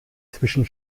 zwischen